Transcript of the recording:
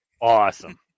awesome